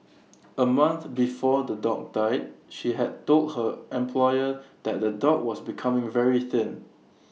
A month before the dog died she had told her employer that the dog was becoming very thin